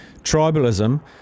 tribalism